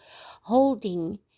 holding